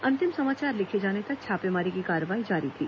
अंतिम समाचार लिखे जाने तक छापेमारी की कार्रवाई जारी थी